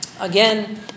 again